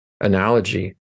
analogy